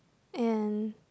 and